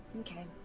Okay